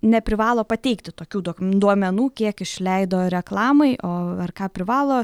neprivalo pateikti tokių dok duomenų kiek išleido reklamai o ar ką privalo